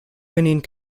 winning